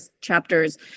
chapters